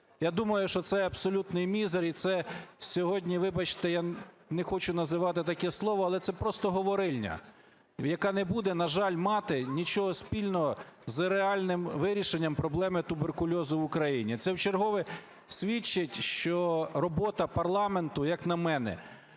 Я думаю, що це абсолютний мізер і це сьогодні, вибачте, я не хочу називати таке слово, але це просто говорильня, яка не буде, на жаль, мати нічого спільного з реальним вирішенням проблеми туберкульозу в Україні. Це в чергове свідчить, що робота парламенту, як на мене,